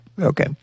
Okay